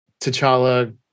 T'Challa